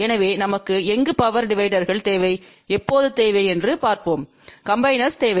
எனவே நமக்கு எங்கு பவர் டிவைடர்கள் தேவை எப்போது தேவை என்று பார்ப்போம் காம்பிநேர்கள் தேவை